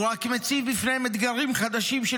הוא רק מציב בפניהם אתגרים חדשים של